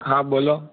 હા બોલો